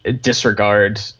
disregard